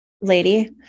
Lady